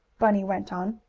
bunny went on.